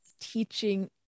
teaching